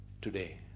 Today